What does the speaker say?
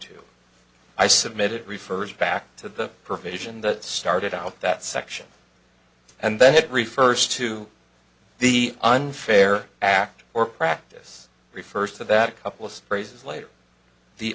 to i submit it refers back to the provision that started out that section and then it refers to the unfair act or practice refers to that couples phrase later the